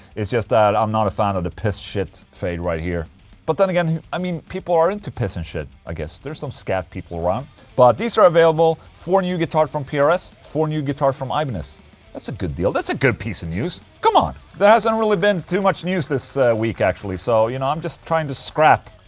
it's just that i'm not a fan of the piss-shit fade right here but then again, i mean, people are into piss and shit, i guess. there's some scat people around but these are available, four new guitars from prs, four new guitars from ibanez that's a good deal. that's a good piece of news, come on. there hasn't really been too much news this week actually, so you know i'm just trying to scrap.